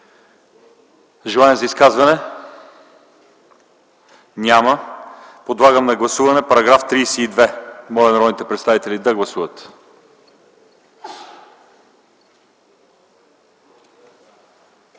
желаещи за изказвания? Няма. Подлагам на гласуване § 43. Моля народните представители да гласуват.